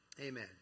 Amen